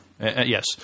Yes